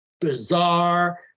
bizarre